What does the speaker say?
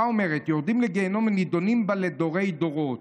אומרת: יורדים לגיהינום ונידונים בה לדורי-דורות.